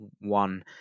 one